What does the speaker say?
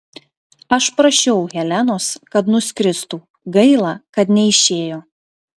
aš prašiau helenos kad nuskristų gaila kad neišėjo